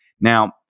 Now